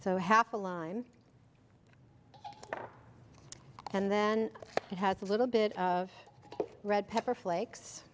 so half a line and then it has a little bit of red pepper flakes